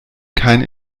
kein